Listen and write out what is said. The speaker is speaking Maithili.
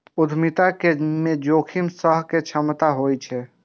उद्यमिता मे जोखिम सहय के क्षमता होइ छै